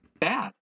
bad